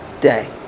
day